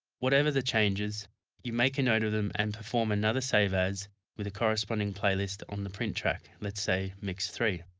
whatever the changes you make a note of them and perform another save as with a corresponding playlist on the print track, let's say mix three.